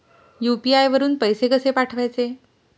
UPI वरून पैसे कसे पाठवायचे?